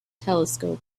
telescope